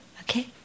Okay